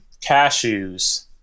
cashews